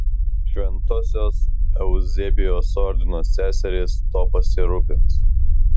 šventosios euzebijos ordino seserys tuo pasirūpins